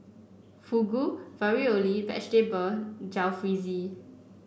Fugu Ravioli Vegetable Jalfrezi